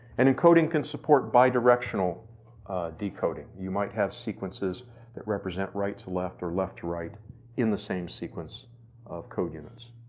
an encoding can support bi-directional decoding. you might have sequences that represent right to left or left right in the same sequence of code units.